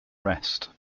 rest